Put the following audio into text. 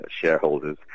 shareholders